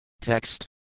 Text